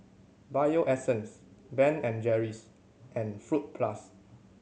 Bio Essence Ben and Jerry's and Fruit Plus